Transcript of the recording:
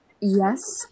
Yes